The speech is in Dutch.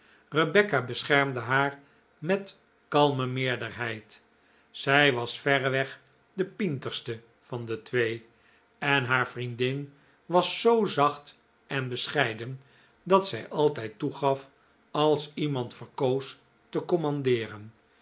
rebecca beschermde haar met kalme meerderheid zij was verreweg de pienterste van de twee en haar vriendin was zoo zacht en bescheiden dat zij altijd toegaf als iemand verkoos te commandeeren